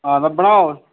हां तां बनाओ